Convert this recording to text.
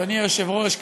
אדוני היושב-ראש,